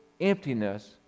emptiness